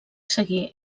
seguí